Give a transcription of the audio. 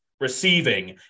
receiving